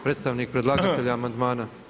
Predstavnik predlagatelja amandmana.